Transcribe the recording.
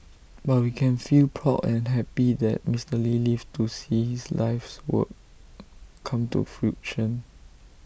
but we can feel proud and happy that Mister lee lived to see his life's work come to fruition